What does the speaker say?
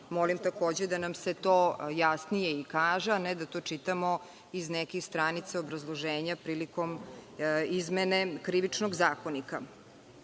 molim takođe da nam se to jasnije i kaže, a ne da to čitamo iz nekih stranica obrazloženja prilikom izmene Krivičnog zakonika. Ono